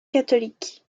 catholique